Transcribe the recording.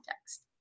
context